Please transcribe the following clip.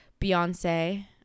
beyonce